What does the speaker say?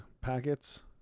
packets